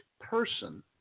person